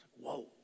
Whoa